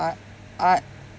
art art